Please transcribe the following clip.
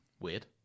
weird